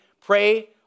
pray